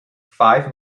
five